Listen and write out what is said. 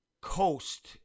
coast